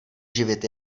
živit